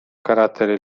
carattere